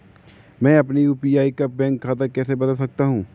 मैं अपने यू.पी.आई का बैंक खाता कैसे बदल सकता हूँ?